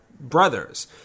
brothers